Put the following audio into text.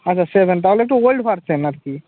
আচ্ছা সেভেন তাহলে একটু ওল্ড ভারসেন আর কি